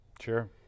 Sure